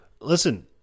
Listen